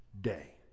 day